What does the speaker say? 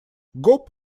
гоп